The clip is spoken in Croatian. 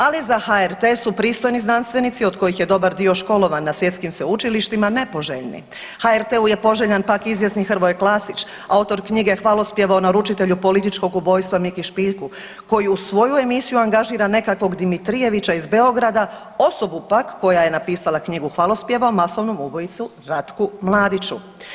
Ali za HRT su pristojni znanstvenici od kojih je dobar dio školovan na svjetskim sveučilištima nepoželjni, HRT-u je poželjan pak izvjesni Hrvoje Klasić autor knjige hvalospjeva o naručitelju političkog ubojstva Mike Špiljka koju u svoju emisiju angažira nekakvog Dimitrijevića iz Beograda osobu pak koja je napisala knjigu hvalospjeva o masovnom ubojici Ratku Mladiću.